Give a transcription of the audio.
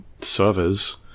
servers